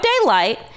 daylight